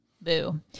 Boo